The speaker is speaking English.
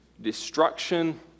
destruction